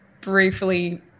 briefly